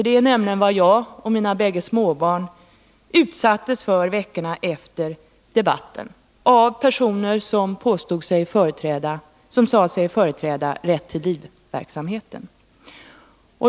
Det är nämligen vad jag och mina båda småbarn utsatts för veckorna efter debatten av personer som sagt sig företräda Rätt till liv-verksamheten.